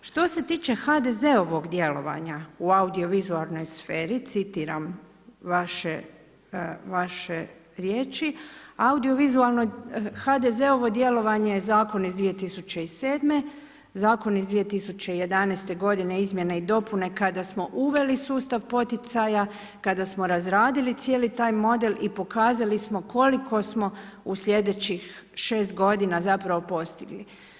Što se tiče HDZ-ovog djelovanja u audiovizualnoj sferi, citiram vaše riječi, audiovizualno, HDZ-ovo djelovanje, zakon iz 2007., zakon iz 2011. godine izmjene i dopune kada smo uveli sustav poticaja, kada smo razradili cijeli taj model i pokazali smo koliko smo u sljedećih 6 godina zapravo postigli.